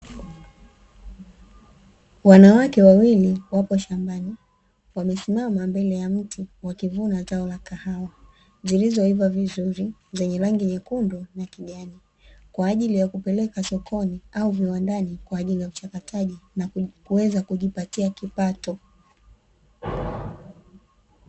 Wanawake wawili wapo shambani wamesimama mbele ya mti wakivuna zao la kahawa zilizoiva vizuri zenye rangi nyekundu na kijani, kwa ajili ya kupeleka sokoni au viwandani kwa ajili ya uchakataji na kuweza kujipatia kipato.